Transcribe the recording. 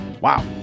Wow